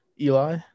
Eli